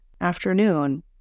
afternoon